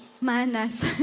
manas